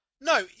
No